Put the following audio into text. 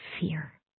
fear